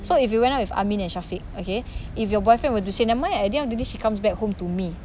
so if you went out with amin and syafiq okay if your boyfriend were to say nevermind at the end of the day she comes back home to me